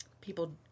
people